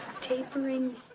Tapering